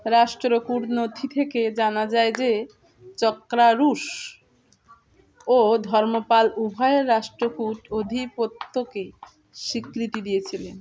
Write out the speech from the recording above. রাষ্ট্রকুট নথি থেকে জানা যায় যে চক্রারুষ ও ধর্মপাল উভয়ের রাষ্ট্রকূট অধিপত্যকে স্বীকৃতি দিয়েছিলেন